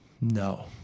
No